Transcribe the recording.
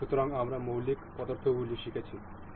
সুতরাং আমরা মৌলিক পদ্ধতিগুলি শিখেছি